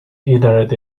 interred